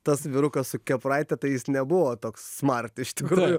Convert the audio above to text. tas vyrukas su kepuraite tai jis nebuvo toks smart iš tikrųjų